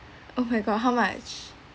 oh my god how much